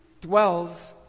dwells